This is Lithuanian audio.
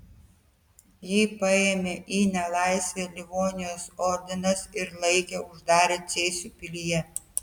jį paėmė į nelaisvę livonijos ordinas ir laikė uždarę cėsių pilyje